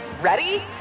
Ready